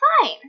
fine